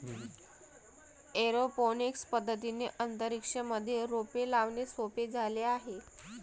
aeroponics पद्धतीने अंतरिक्ष मध्ये रोपे लावणे सोपे झाले आहे